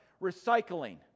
Recycling